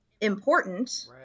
important